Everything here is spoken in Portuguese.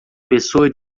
pessoa